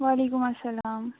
وعلیکُم اسلام